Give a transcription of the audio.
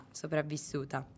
sopravvissuta